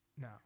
No